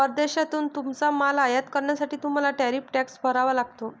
परदेशातून तुमचा माल आयात करण्यासाठी तुम्हाला टॅरिफ टॅक्स भरावा लागतो